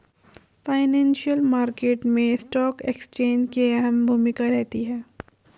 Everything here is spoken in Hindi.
फाइनेंशियल मार्केट मैं स्टॉक एक्सचेंज की अहम भूमिका रहती है